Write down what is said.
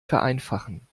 vereinfachen